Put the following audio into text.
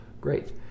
Great